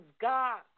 God